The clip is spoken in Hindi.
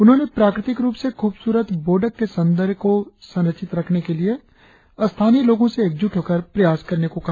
उन्होंने प्राकृतिक रुप से खुबसूरत बोडक के सौंदर्य को संरक्षित रखने के लिए स्थानीय लोगों से एक जूट होकर प्रयास करने को कहा